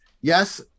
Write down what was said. yes